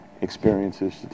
experiences